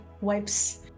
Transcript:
wipes